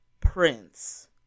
Prince